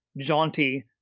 jaunty